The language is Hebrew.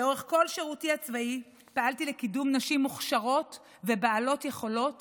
לאורך כל שירותי הצבאי פעלתי לקידום נשים מוכשרות ובעלות יכולות